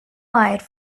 wide